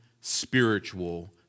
spiritual